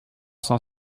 cent